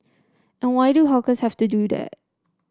and why do hawkers have to do that